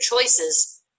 choices